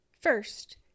First